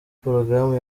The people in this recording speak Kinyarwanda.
porogaramu